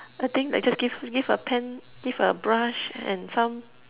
I think like just give give a pen give a brush and some